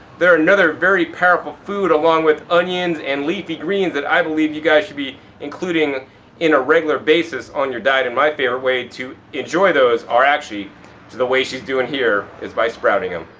they're another very powerful food along with onions and leafy greens that i believe you guys should be including in a regular basis on your diet. and my favorite way to enjoy those are actually the way she's doing here, is by sprouting them.